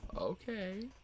Okay